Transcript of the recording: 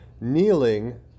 kneeling